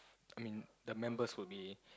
I mean the members will be